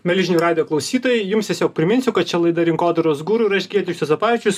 mieli žinių radijo klausytojai jums tiesiog priminsiu kad čia laida rinkodaros guru ir aš giedrius juozapavičius